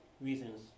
reasons